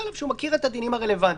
עליו שהוא מכיר את הדינים הרלוונטיים.